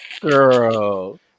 Girl